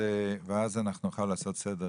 ואז אנחנו נוכל לעשות סדר